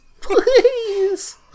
Please